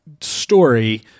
story